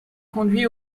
conduit